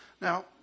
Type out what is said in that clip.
Now